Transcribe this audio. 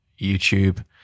YouTube